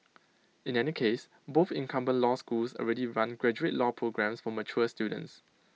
in any case both incumbent law schools already run graduate law programmes for mature students